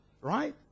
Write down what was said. right